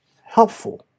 helpful